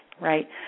right